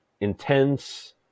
intense